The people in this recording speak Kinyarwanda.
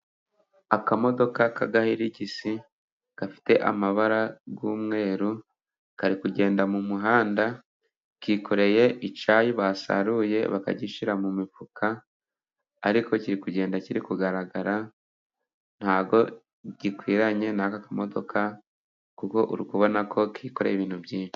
Akamodoka k'agahirigisi gafite amabara y'umweru kari kugenda mu muhanda, kikoreye icyayi basaruye bakagishyira mu mifuka, ariko kiri kugenda kiri kugaragara, ntabwo gikwiranye n'aka kamodoka kuko uri kubona ko kikoreye ibintu byinshi.